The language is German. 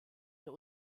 der